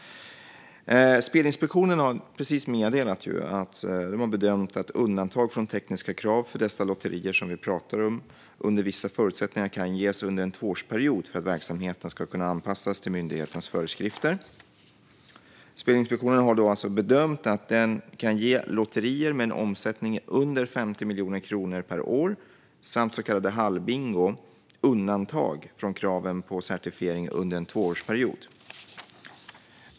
Spelinspektionen har precis meddelat att de har bedömt att undantag från tekniska krav för dessa lotterier som vi talar om under vissa förutsättningar kan ges under en tvåårsperiod för att verksamheten ska kunna anpassas till myndighetens föreskrifter. Spelinspektionen har alltså bedömt att den kan ge lotterier med en omsättning under 50 miljoner kronor per år samt så kallad hallbingo undantag från kraven på certifiering under en tvåårsperiod.